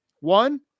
one